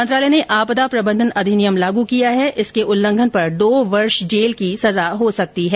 मंत्रालय ने आपदा प्रबन्धन अधिनियम भी लागू किया है जिसके उल्लंघन पर दो वर्ष जेल की सजा हो सकती है